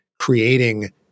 creating